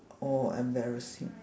oh embarrassing